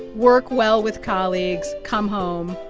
work well with colleagues, come home,